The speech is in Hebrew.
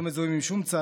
לא מזוהים עם שום צד,